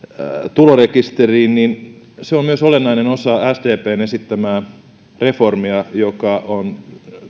tulorekisteriin se on myös olennainen osa sdpn esittämää reformia joka on